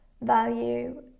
value